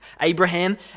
Abraham